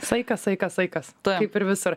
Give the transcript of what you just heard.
saikas saikas saikas kaip ir visur